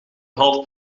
half